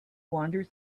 wander